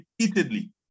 repeatedly